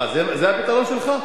אה, זה הפתרון שלך?